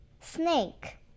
snake